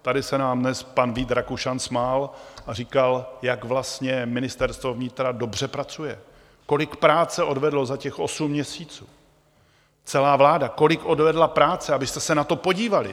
Tady se nám dnes pan Vít Rakušan smál a říkal, jak vlastně Ministerstvo vnitra dobře pracuje, kolik práce odvedlo za těch osm měsíců, celá vláda kolik odvedla práce, abyste se na to podívali.